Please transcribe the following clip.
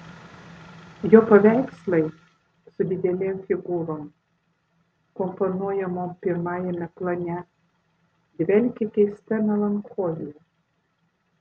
jo paveikslai su didelėm figūrom komponuojamom pirmajame plane dvelkia keista melancholija